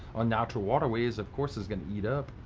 unnatural waterways, of course its gonna eat up.